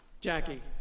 Jackie